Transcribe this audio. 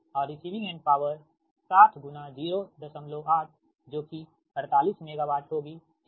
और receiving end power 6008 जो कि 48 मेगावाट होगी ठीक